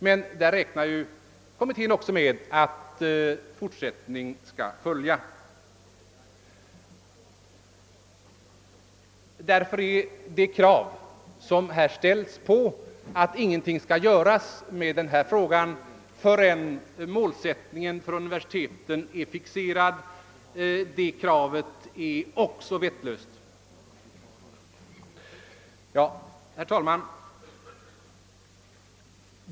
Härvidlag räknar ju kommittén också med att fortsättning skall följa. Därför är det krav som här ställs, att ingenting skall göras förrän målsättningen för universiteten är fixerad, också helt vettlöst. Herr talman!